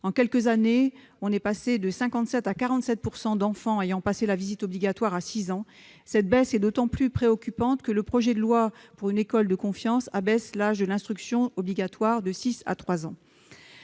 En quelques années, nous sommes passés de 57 % à 47 % d'enfants qui ont passé la visite obligatoire à 6 ans. Cette diminution est d'autant plus préoccupante que le projet de loi pour une école de la confiance abaisse l'âge de l'instruction obligatoire de 6 ans à 3 ans.